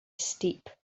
steep